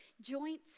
joints